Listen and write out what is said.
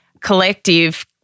Collective